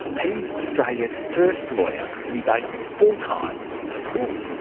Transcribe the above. he's australia's first lawyer to be based full time at a school.